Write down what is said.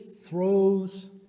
throws